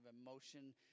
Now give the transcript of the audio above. emotion